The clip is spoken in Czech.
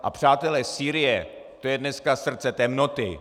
A přátelé, Sýrie, to je dneska srdce temnoty.